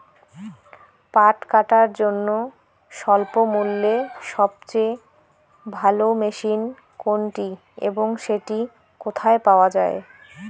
পাট কাটার জন্য স্বল্পমূল্যে সবচেয়ে ভালো মেশিন কোনটি এবং সেটি কোথায় পাওয়া য়ায়?